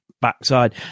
backside